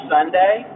Sunday